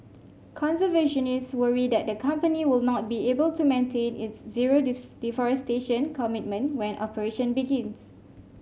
conservationist worry that the company will not be able to maintain its zero deforestation commitment when operation begins